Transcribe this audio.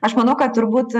aš manau kad turbūt